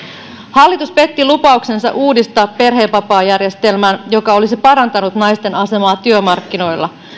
hallitus petti lupauksensa uudistaa perhevapaajärjestelmän joka olisi parantanut naisten asemaa työmarkkinoilla